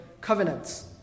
Covenants